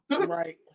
Right